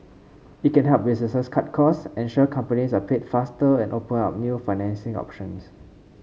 it can help businesses cut costs ensure companies are paid faster and open up new financing options